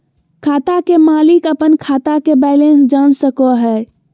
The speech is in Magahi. खाता के मालिक अपन खाता के बैलेंस जान सको हय